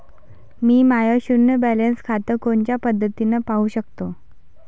मी माय शुन्य बॅलन्स खातं कोनच्या पद्धतीनं पाहू शकतो?